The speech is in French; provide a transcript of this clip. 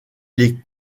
les